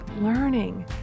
learning